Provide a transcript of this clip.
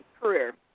career